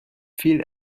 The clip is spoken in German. viel